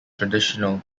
traditional